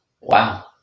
Wow